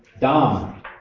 Dom